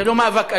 זה לא מאבק אלים,